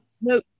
No